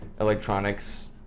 electronics